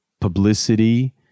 publicity